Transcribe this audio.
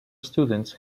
students